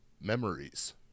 memories